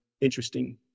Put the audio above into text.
interesting